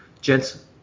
Gents